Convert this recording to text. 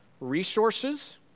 resources